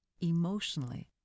Emotionally